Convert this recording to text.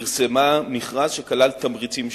פרסמה מכרז שכלל תמריצים שונים,